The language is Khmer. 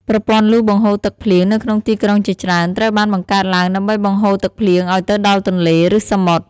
ប្រព័ន្ធលូបង្ហូរទឹកភ្លៀងនៅក្នុងទីក្រុងជាច្រើន ត្រូវបានបង្កើតឡើងដើម្បីបង្ហូរទឹកភ្លៀងឱ្យទៅដល់ទន្លេ ឬសមុទ្រ។